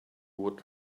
would